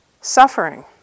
suffering